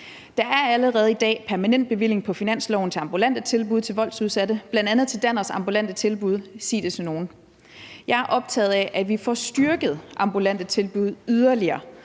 Der er allerede i dag en permanent bevilling på finansloven til ambulante tilbud til voldsudsatte, bl.a. til Danners ambulante tilbud »Sig det til nogen«. Jeg er optaget af, at vi får styrket de ambulante tilbud yderligere,